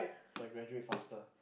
so I graduate faster